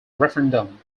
referendum